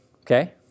Okay